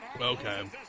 Okay